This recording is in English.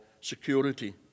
security